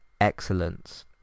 excellence